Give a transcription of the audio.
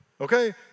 Okay